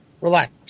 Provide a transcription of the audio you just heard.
relax